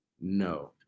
No